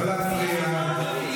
לא להפריע.